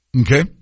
Okay